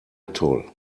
toll